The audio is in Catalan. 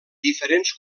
diferents